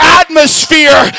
atmosphere